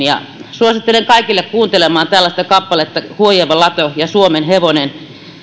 suosittelen kaikkia kuuntelemaan huojuva lato yhtyeen kappaletta suomenhevonen